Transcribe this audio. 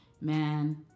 man